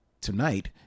tonight